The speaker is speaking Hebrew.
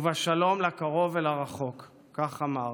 ובשלום לקרוב ולרחוק", כך אמר.